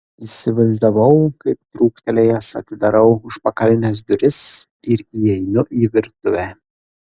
įsivaizdavau kaip trūktelėjęs atidarau užpakalines duris ir įeinu į virtuvę